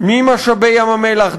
ממשאבי ים-המלח,